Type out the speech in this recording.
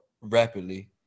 rapidly